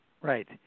Right